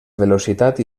velocitat